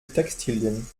textilien